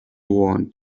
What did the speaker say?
want